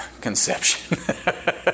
Conception